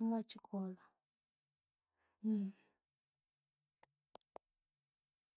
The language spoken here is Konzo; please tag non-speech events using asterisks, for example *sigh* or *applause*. ingakyikolha *hesitation*